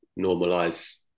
normalize